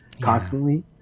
constantly